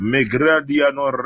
Megradiano